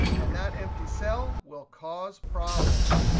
and that empty cell will cause problems.